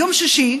יום שישי,